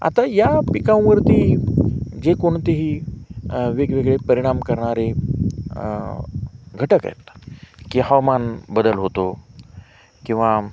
आता या पिकांवरती जे कोणतेही वेगवेगळे परिणाम करणारे घटक आहेत की हवामान बदल होतो किंवा